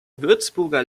würzburger